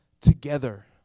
together